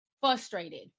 frustrated